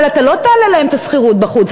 אבל אתה לא תעלה להם את השכירות בחוץ,